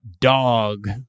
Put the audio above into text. Dog